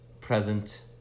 Present